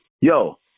yo